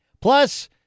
plus